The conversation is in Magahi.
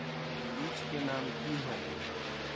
बीज के नाम की है?